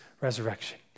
resurrection